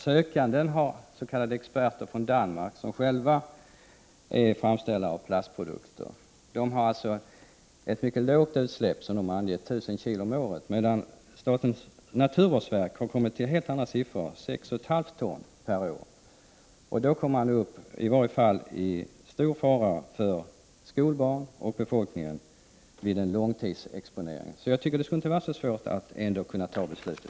Sökanden anlitar s.k. experter från Danmark som själva framställer plastprodukter. De har angett ett mycket lågt utsläpp på 1 000 kilo om året, medan statens naturvårdsverk har kommit fram till en helt annan siffra, 6,5 ton om året. Sådana utsläpp innebär en stor fara för skolbarn och befolkning vid långtidsexponering. Det borde alltså inte vara så svårt att fatta beslutet.